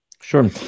Sure